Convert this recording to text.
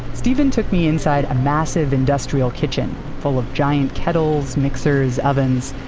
stephen took me inside a massive industrial kitchen full of giant kettles, mixers, ovens.